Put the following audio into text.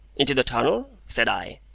into the tunnel? said i.